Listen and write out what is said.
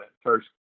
first